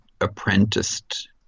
apprenticed